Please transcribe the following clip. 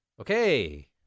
okay